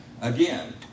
again